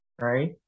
right